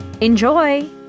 Enjoy